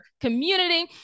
community